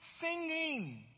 singing